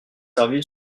servi